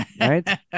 Right